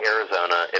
Arizona